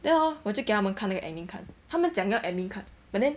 then hor 我就给他们看那个 admin card 他们讲要 admin card but then